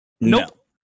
Nope